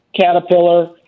Caterpillar